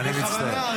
אבל הוא חבר בוועדה,